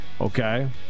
okay